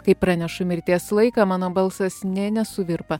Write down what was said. kai pranešu mirties laiką mano balsas nė nesuvirpa